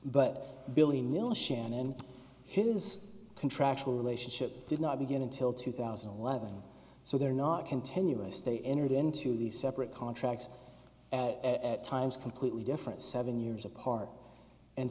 but billy miller shannon his contractual relationship did not begin until two thousand and eleven so they're not continuous they entered into these separate contracts at times completely different seven years apart and